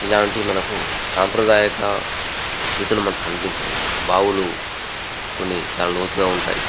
ఇలాంటివి మనకు సాంప్రదాయక ఈతలు మనకు కనిపించవు బావులు కొన్ని చాలా లోతుగా ఉంటాయి